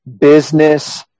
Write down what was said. business